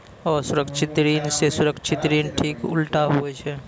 असुरक्षित ऋण से सुरक्षित ऋण ठीक उल्टा हुवै छै